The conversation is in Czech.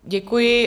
Děkuji.